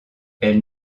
elles